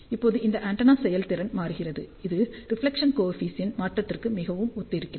இப்போது இந்த ஆண்டெனா செயல்திறன் மாறுகிறது இது ரிஃப்லெக்ஷன் கோ எஃபிசியண்ட் மாற்றத்திற்கு மிகவும் ஒத்திருக்கிறது